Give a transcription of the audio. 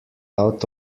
out